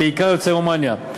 בעיקר יוצאי רומניה,